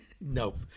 Nope